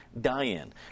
die-in